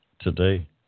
today